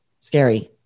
scary